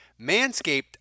Manscaped